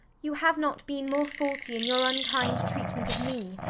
you have not been more faulty in your unkind treatment of me,